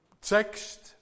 text